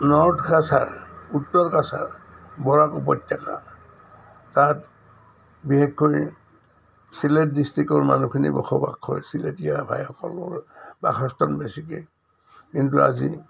north Cachar উত্তৰ কাছাৰ বৰাক উপত্যকা তাত বিশেষকৈ চিলেট ডিষ্ট্ৰিকৰ মানুহখিনি বসবাস কৰে লিলেটীয়া ভাইসকলৰ বাসস্থন বেছিকৈ কিন্তু আজি